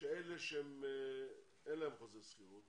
שאלה שאין להם חוזה שכירות